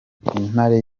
intare